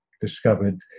discovered